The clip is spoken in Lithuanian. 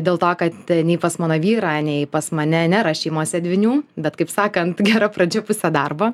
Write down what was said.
dėl to kad nei pas mano vyrą nei pas mane nėra šeimose dvynių bet kaip sakant gera pradžia pusė darbo